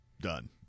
done